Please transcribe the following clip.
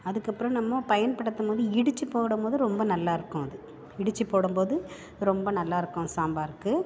அதுக்கப்புறம் நம்ம பயன்படுத்தும் போது இடித்து போடும்போது ரொம்ப நல்லாயிருக்கும் அது இடித்து போடும் போது ரொம்ப நல்லாயிருக்கும் சாம்பாருக்கு